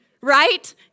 right